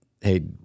hey